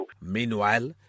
Meanwhile